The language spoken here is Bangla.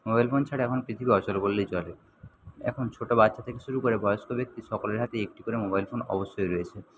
মোবাইল ফোন ছাড়া এখন পৃথিবী অচল বললেই চলে এখন ছোটো বাচ্চা থেকে শুরু করে বয়স্ক ব্যক্তি সকলের হাতেই একটি করে মোবাইল ফোন অবশ্যই রয়েছে